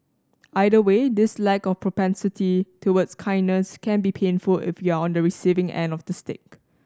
either way this lack of propensity towards kindness can be painful if you're on the receiving end of the stick